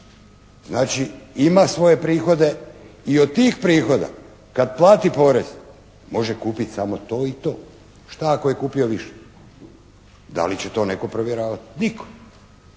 Znači ima svoje prihode i od tih prihoda kada plati porez može kupiti samo to i to. Šta ako je kupio više! Da li će to netko provjeravati? Nitko.